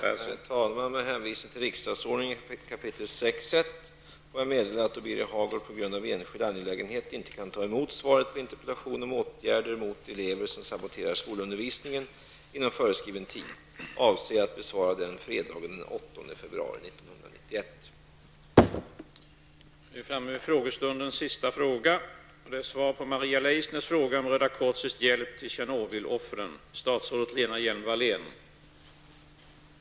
Herr talman! Med hänvisning till riksdagsordningen kap. 6 § 1 får jag meddela att Birger Hagård på grund av enskild angelägenhet inte inom föreskriven tid kan ta emot svaret på interpellationen om åtgärder mot elever som saboterar skolundervisningen. Jag avser att besvara den fredagen den 8 februari 1991.